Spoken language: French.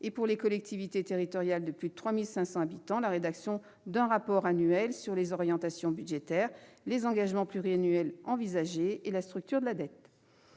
et, pour les collectivités territoriales de plus de 3 500 habitants, la rédaction d'un rapport annuel sur les orientations budgétaires, les engagements pluriannuels envisagés et la structure de la dette.